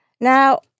Now